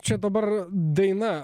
čia dabar daina